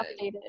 updated